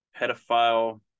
pedophile